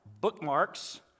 bookmarks